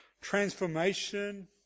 Transformation